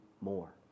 more